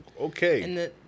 okay